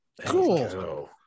Cool